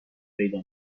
پیدا